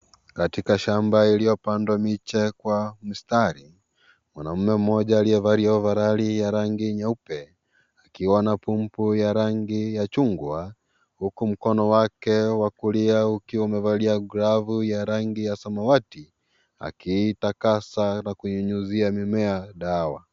Katika shamba iliyopandwa miche kwa mistari, mwanamke mmoja aliyevalia overali ya rangi nyeupe akiwa na pumpu ya rangi ya chungwa huku mkono wake wa kulia ukiwa umevalia glavu ya rangi ya samawati akiitakasa na kunyunyizia mimea sawa.